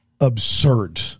absurd